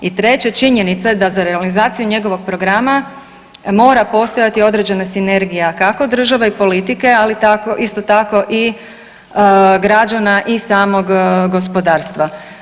I treće, činjenica je da za realizaciju njegovog programa mora postojati određena sinergija kako države i politike, ali isto tako i građana i samog gospodarstva.